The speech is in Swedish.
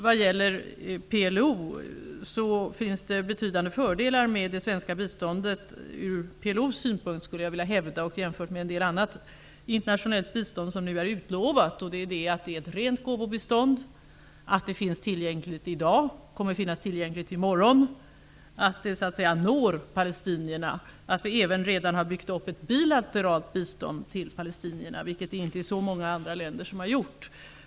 Vad gäller PLO finns det betydande fördelar med det svenska biståndet, från PLO:s synpunkt, och jämfört med en del annat internationellt bistånd som nu utlovas. Det är ett rent gåvobistånd, det finns tillgängligt i dag och kommer att finnas tillgängligt i morgon och det når palestinierna. Vi har även byggt upp ett bilateralt bistånd till palestinierna, vilket inte så många andra länder har gjort.